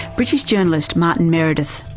british journalist, martin meredith.